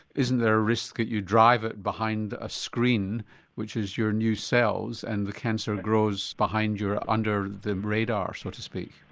isn't there a risk that you drive it behind a screen which is your new cells and the cancer grows behind, you're under the radar so to speak?